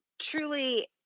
truly